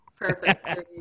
Perfect